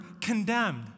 condemned